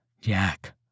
Jack